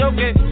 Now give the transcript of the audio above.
Okay